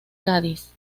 cádiz